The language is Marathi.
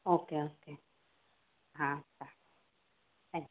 ओके ओके हां चला थँक्यू